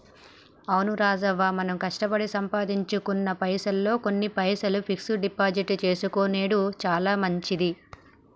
అవును రాజవ్వ మనం కష్టపడి సంపాదించుకున్న పైసల్లో కొన్ని పైసలు ఫిక్స్ డిపాజిట్ చేసుకొనెడు చాలా మంచిది